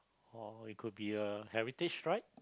or it could be a heritage ride